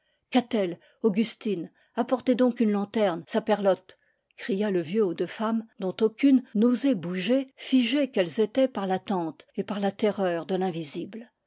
katel augustine apportez donc une lanterne saperlott cria le vieux aux deux femmes dont aucune n'osait bouger figées qu'elles étaient par l'attente et par la terreur de